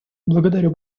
благодарю